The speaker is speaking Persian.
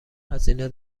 هزینه